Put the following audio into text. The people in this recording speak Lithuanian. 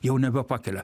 jau nebepakelia